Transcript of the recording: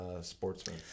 sportsman